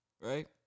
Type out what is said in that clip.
right